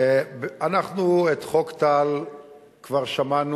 את חוק טל כבר שמענו,